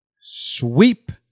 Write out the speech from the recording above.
sweep